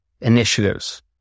initiatives